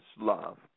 love